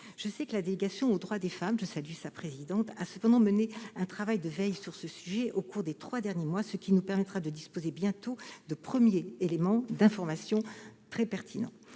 Je sais que la délégation sénatoriale aux droits des femmes, dont je salue la présidente, a cependant mené un travail de veille sur le sujet au cours des trois derniers mois, ce qui nous permettra de disposer bientôt de premiers éléments d'information très pertinents.